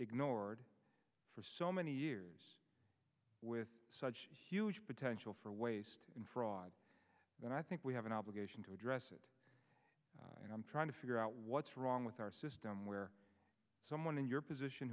ignored for so many years with such huge potential for waste and fraud then i think we have an obligation to address it and i'm trying to figure out what's wrong with our system where someone in your position